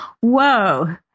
Whoa